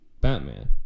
Batman